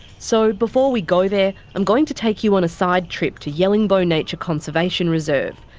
so before we go there, i'm going to take you on a side trip to yellingbo nature conservation reserve.